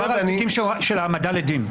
זה מדבר על תיקים של העמדה לדין.